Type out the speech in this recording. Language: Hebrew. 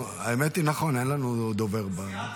האמת היא, נכון, אין לנו דובר --- סיעת